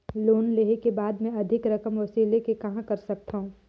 Loan लेहे के बाद मे अधिक रकम वसूले के कहां कर सकथव?